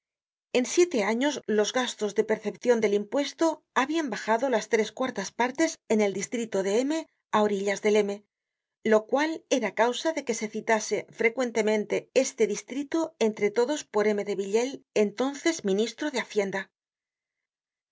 en siete años los gastos de percepcion del impuesto habian bajado las tres cuartas partes en el distrito de'm á orillas del m lo cual era causa de que se citase frecuentemente este distrito entre todos por m de villéle entonces ministro de hacienda